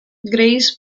grace